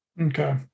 Okay